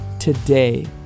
Today